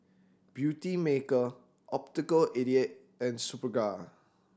Beautymaker Optical eighty eight and Superga